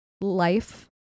life